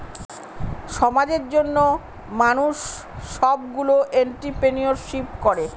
সমাজের জন্য মানুষ সবগুলো এন্ট্রপ্রেনিউরশিপ করে